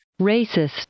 Racist